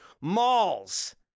Malls